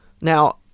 Now